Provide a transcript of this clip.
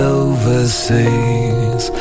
overseas